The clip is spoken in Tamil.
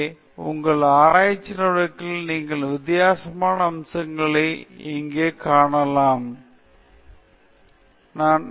எனவே உங்கள் ஆராய்ச்சி நடவடிக்கைகளில் நிறைய வித்தியாசமான அம்சங்களை இங்கே காணலாம் இன்னும் ஏதாவது ஒன்றைப் பார்ப்போம்